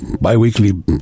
bi-weekly